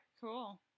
Cool